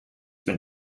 been